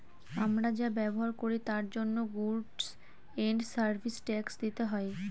আমরা যা ব্যবহার করি তার জন্য গুডস এন্ড সার্ভিস ট্যাক্স দিতে হয়